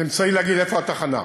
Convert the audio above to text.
זה אמצעי להגיד איפה התחנה.